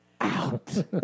Out